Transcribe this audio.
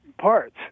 parts